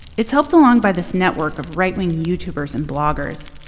it's helped along by this network of right-wing youtubers and bloggers.